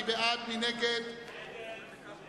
ההסתייגות של חברת הכנסת רוחמה אברהם-בלילא לסעיף 03,